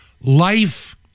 Life